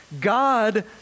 God